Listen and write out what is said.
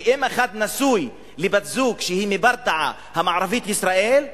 ואם אחד נשוי לבת-זוג שהיא מברטעה המערבית, ישראל,